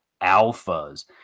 Alphas